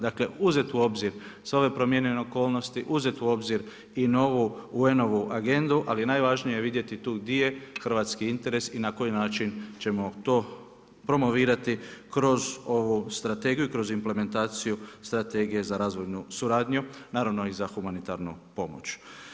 Dakle uzeti u obzir sve ove promijenjene okolnosti, uzeti u obzir i novu UN-ovu agendu, ali je najvažnije vidjeti tu gdje je hrvatski interes i na koji način ćemo to promovirati kroz ovu strategiju, kroz implementaciju strategije za razvojnu suradnju, naravno i za humanitarnu pomoć.